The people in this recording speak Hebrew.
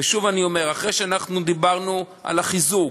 ושוב אני אומר: אחרי שאנחנו דיברנו על החיזוק,